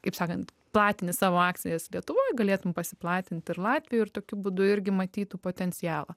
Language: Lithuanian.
kaip sakant platini savo akcijas lietuvoj galėtum pasiplatint ir latvijoj ir tokiu būdu irgi matytų potencialą